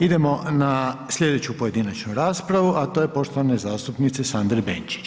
Idemo na sljedeću pojedinačnu raspravu, a to je poštovane zastupnice Sandre Benčić.